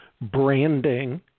branding